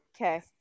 Okay